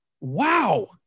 wow